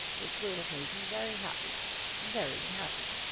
it would have made me very happy very happy.